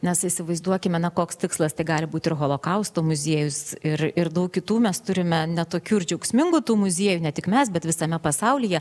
nes įsivaizduokime na koks tikslas tai gali būt ir holokausto muziejus ir ir daug kitų mes turime ne tokių ir džiaugsmingų tų muziejų ne tik mes bet visame pasaulyje